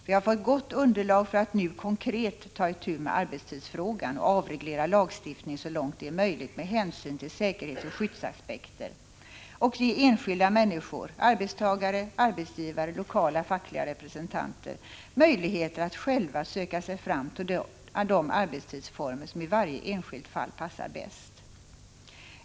Vi har fått ett gott underlag för att nu konkret ta itu med arbetstidsfrågan och avreglera lagstiftningen, så långt det är möjligt med hänsyn till säkerhetsoch skyddsaspekter, och ge de enskilda människorna — arbetstagare, arbetsgivare och lokala fackliga representanter — möjligheter att själva söka sig fram till de arbetstidsformer som i varje enskilt fall passar bäst.